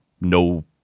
no